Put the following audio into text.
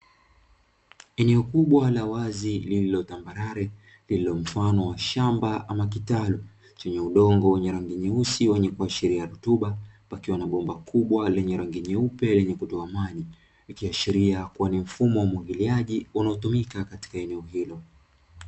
Eneo kubwa la wazi lililotambarare lililomfano wa shamba ama kitaru chenye udongo wenye rangi nyeusi wenye kuashiria rutuba, pakiwa na bomba kubwa lenye rangi nyeupe lenye kutoa maji, ikiashiria kuwa ni mfumo wa umwagiliaji unaotumika katika eneo hilo.